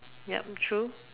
yup true